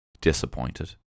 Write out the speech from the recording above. disappointed